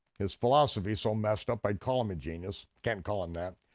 his philosophy so messed up, i'd call him a genius, can't call him that,